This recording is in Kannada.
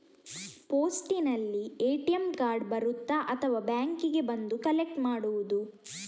ಪೋಸ್ಟಿನಲ್ಲಿ ಎ.ಟಿ.ಎಂ ಕಾರ್ಡ್ ಬರುತ್ತಾ ಅಥವಾ ಬ್ಯಾಂಕಿಗೆ ಬಂದು ಕಲೆಕ್ಟ್ ಮಾಡುವುದು?